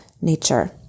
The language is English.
nature